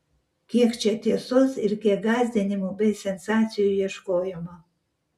kiek čia tiesos ir kiek gąsdinimų bei sensacijų ieškojimo